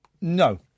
No